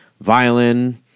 violin